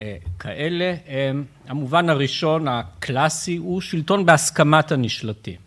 כאלה, המובן הראשון הקלאסי הוא שלטון בהסכמת הנשלטים.